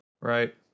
right